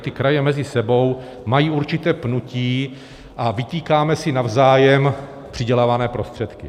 Ty kraje mezi sebou mají určité pnutí a vytýkáme si navzájem přidělované prostředky.